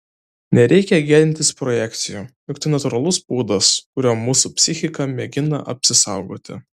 nereikia gėdintis projekcijų juk tai natūralus būdas kuriuo mūsų psichika mėgina apsisaugoti